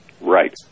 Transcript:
Right